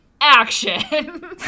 action